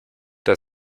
der